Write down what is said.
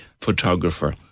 photographer